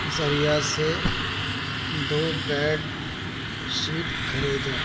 ذریعہ سے دو بیڈ شیٹ خریدے